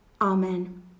Amen